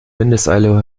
windeseile